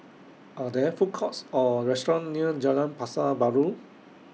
Are There Food Courts Or restaurants near Jalan Pasar Baru